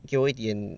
给我一点